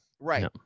Right